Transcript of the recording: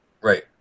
Right